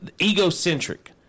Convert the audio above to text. egocentric